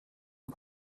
une